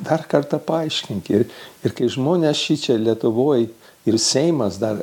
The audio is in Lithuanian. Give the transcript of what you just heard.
dar kartą paaiškinkit ir kai žmonės šičia lietuvoj ir seimas dar